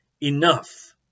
enough